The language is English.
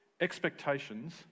expectations